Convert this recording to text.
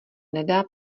nedá